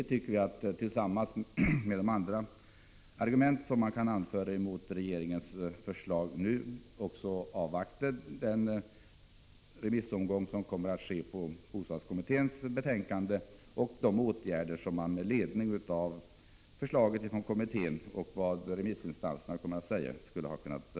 Mot den bakgrunden och mot bakgrund av de övriga argument man kan anföra emot regeringens förslag hade det varit rimligt att avvakta remissbehandlingen av bostadskommitténs betänkande och de förslag till åtgärder för den framtida bostadsfinansieringen som kommitténs arbete och remissinstansernas yttranden kan leda till.